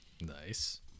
Nice